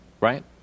right